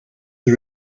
the